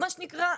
מה שנקרא,